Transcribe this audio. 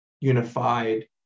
unified